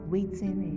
Waiting